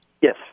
Yes